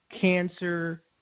cancer